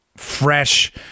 fresh